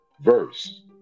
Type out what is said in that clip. verse